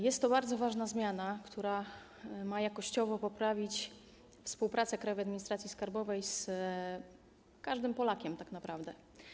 Jest to bardzo ważna zmiana, która ma jakościowo poprawić współpracę Krajowej Administracji Skarbowej z każdym Polakiem tak naprawdę.